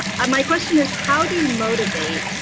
um my question is, how do you motivate.